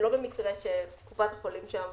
זה לא במקרה שקופת החולים שם,